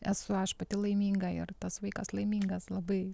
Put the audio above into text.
esu aš pati laiminga ir tas vaikas laimingas labai